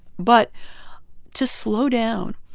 but to slow down,